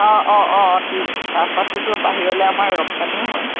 অ অ অ ঠিক চাহপাতটোতো বাহিৰলৈ আমাৰ ৰপ্তানিও হয়